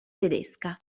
tedesca